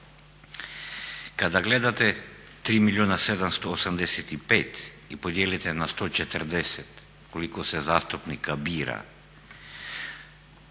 Kada gledate 3 milijuna 785 i podijelite na 140 koliko se zastupnika bira,